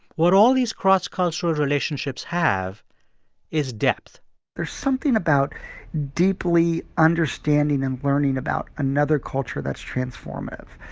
what all these cross-cultural relationships have is depth there's something about deeply understanding and learning about another culture that's transformative.